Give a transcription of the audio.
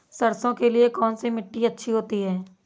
सरसो के लिए कौन सी मिट्टी अच्छी होती है?